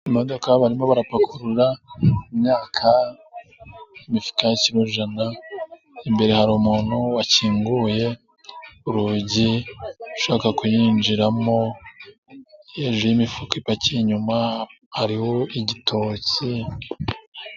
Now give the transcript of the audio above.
Imodoka barimo barapakurura imyaka, imifuka ya kirojana, imbere hari umuntu wakinguye urugi ushaka kuyinjiramo, hejuru y'imifuka ipakiye inyuma, hariho igitoki.